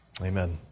Amen